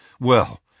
Well